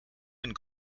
and